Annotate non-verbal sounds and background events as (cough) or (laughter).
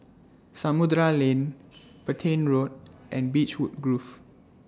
Samudera Lane (noise) Petain Road (noise) and Beechwood Grove